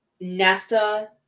Nesta